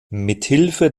mithilfe